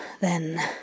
then